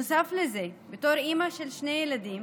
נוסף לזה, בתור אימא לשני ילדים,